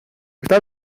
está